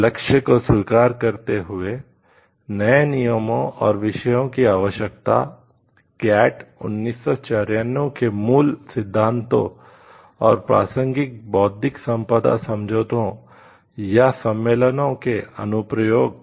इस लक्ष्य को स्वीकार करते हुए नए नियमों और विषयों की आवश्यकता GATT 1994 के मूल सिद्धांतों और प्रासंगिक बौद्धिक संपदा समझौतों या सम्मेलनों के अनुप्रयोग